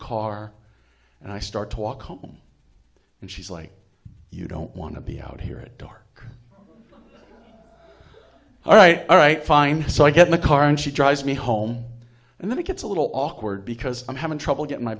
car and i start to walk home and she's like you don't want to be out here at dark all right all right fine so i get the car and she drives me home and then it gets a little awkward because i'm having trouble getting my